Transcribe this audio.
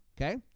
Okay